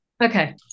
Okay